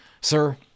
Sir